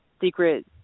secret